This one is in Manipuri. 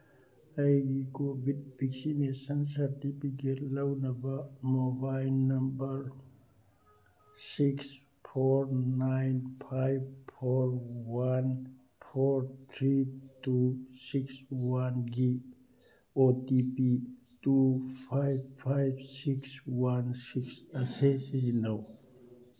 ꯑꯩ ꯀꯣꯚꯤꯠ ꯚꯦꯛꯁꯤꯅꯦꯁꯟ ꯁꯔꯇꯤꯐꯤꯀꯦꯠ ꯂꯧꯅꯕ mobile number six four nine five four one four three two six ꯋꯥꯟꯒꯤ O T P two five five six one six ꯑꯁꯤ ꯁꯤꯖꯤꯟꯅꯧ